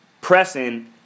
pressing